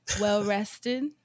well-rested